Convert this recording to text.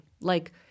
Like-